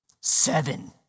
seven